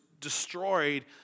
destroyed